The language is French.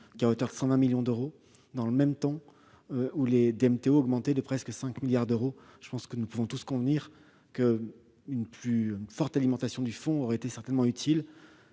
qu'à hauteur de 120 millions d'euros, alors que, dans le même temps, les DMTO augmentaient de près de 5 milliards d'euros. Nous pouvons tous convenir qu'une plus forte alimentation du fonds aurait certainement été